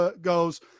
goes